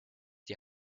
die